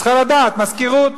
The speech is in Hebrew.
היא צריכה לדעת מזכירות,